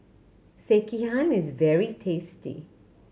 sekihan is very tasty